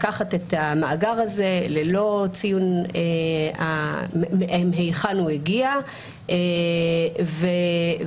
לקחת את המאגר הזה ללא ציון מהיכן הוא הגיע